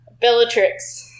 Bellatrix